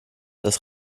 das